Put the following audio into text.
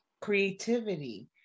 creativity